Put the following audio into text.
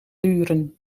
duren